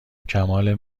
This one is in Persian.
کمال